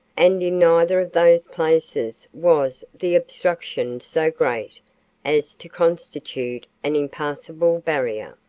and in neither of those places was the obstruction so great as to constitute an impassable barrier.